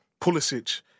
Pulisic